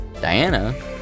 Diana